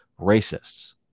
racists